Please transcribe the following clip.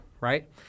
right